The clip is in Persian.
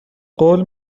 قول